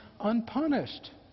unpunished